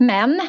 Men